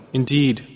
indeed